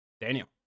Daniel